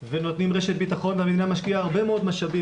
ונותנים רשת ביטחון והמדינה משקיעה הרבה מאוד משאבים